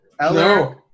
no